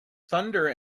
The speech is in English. thunder